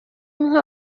nko